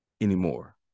anymore